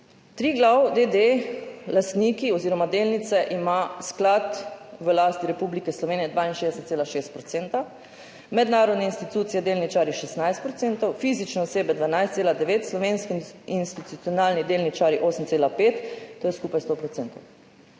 Triglav, d. d., lastniki oziroma delnice imajo sklad v lasti Republike Slovenije 62,6 %, mednarodne institucije, delničarji 16 %, fizične osebe 12,9 %, slovenski institucionalni delničarji 8,5 %, to je skupaj 100 %.